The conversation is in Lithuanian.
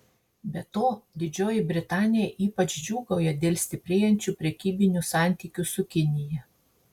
be to didžioji britanija ypač džiūgauja dėl stiprėjančių prekybinių santykių su kinija